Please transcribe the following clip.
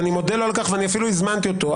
ואני מודה לו על כך ואני אפילו הזמנתי אותו,